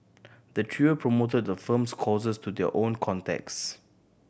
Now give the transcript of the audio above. the trio promoted the firm's courses to their own contacts